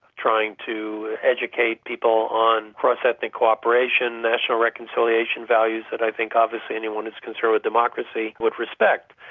trying to educate people on cross-ethnic cooperation, national reconciliation values that i think obviously anyone who's concerned with democracy would respect.